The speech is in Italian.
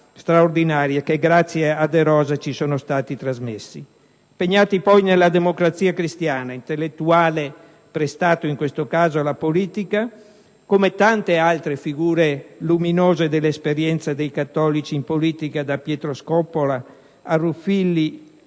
straordinaria e che, grazie a De Rosa, ci sono stati trasmessi); impegnato poi nella Democrazia cristiana (intellettuale prestato, in questo caso, alla politica, come tante figure luminose dell'esperienza dei cattolici in politica, da Pietro Scoppola a Ruffilli,